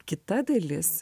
kita dalis